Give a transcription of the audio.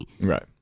Right